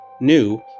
new